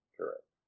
Correct